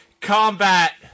combat